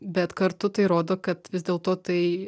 bet kartu tai rodo kad vis dėlto tai